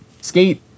skate